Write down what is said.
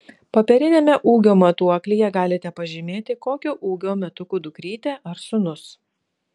popieriniame ūgio matuoklyje galite pažymėti kokio ūgio metukų dukrytė ar sūnus